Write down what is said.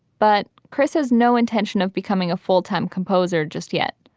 but chris has no intention of becoming a full time composer just yet.